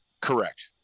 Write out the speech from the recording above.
Correct